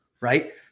right